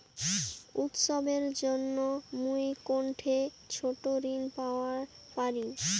উৎসবের জন্য মুই কোনঠে ছোট ঋণ পাওয়া পারি?